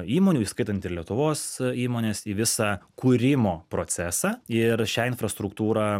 įmonių įskaitant ir lietuvos įmones į visą kūrimo procesą ir šią infrastruktūrą